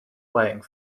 playing